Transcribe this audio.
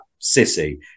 sissy